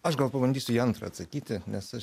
aš gal pabandysiu į antrą atsakyti nes aš